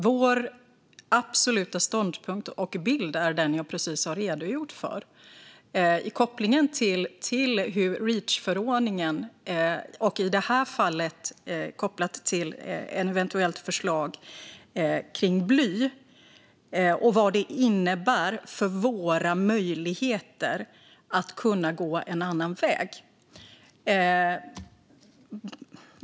Vår absoluta ståndpunkt och bild är den jag precis har redogjort för, kopplat till Reachförordningen och i det här fallet också till ett eventuellt förslag när det gäller bly och vad detta innebär för våra möjligheter att gå en annan väg.